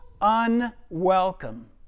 unwelcome